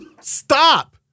Stop